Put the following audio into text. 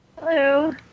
Hello